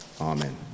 Amen